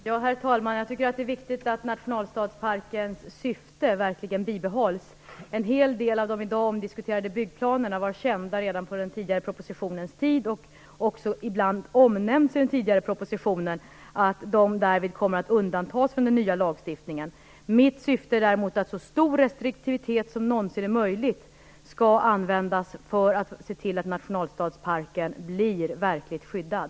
Herr talman! Det är viktigt att Nationalstadsparkens syfte verkligen bibehålls. En hel del av de i dag omdiskuterade byggplanerna var kända redan tiden före den tidigare propositionen. Det har också omnämnts i den tidigare propositionen att den därvid kommer att undantas från den nya lagstiftningen. Mitt syfte är däremot att så stor restriktivitet som det någonsin är möjligt skall användas för att se till att Nationalstadsparken blir verkligt skyddad.